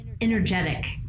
energetic